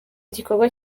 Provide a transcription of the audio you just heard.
igikorwa